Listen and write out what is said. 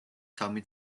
სამი